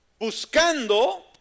Buscando